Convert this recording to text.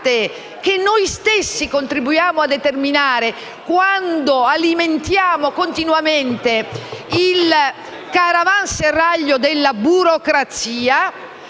che noi stessi contribuiamo a determinare quando alimentiamo continuamente il caravanserraglio della burocrazia: